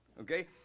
okay